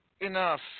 Enough